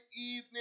evening